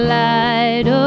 light